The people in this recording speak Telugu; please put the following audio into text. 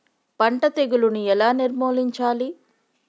పంట తెగులుని ఎలా నిర్మూలించాలి?